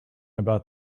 about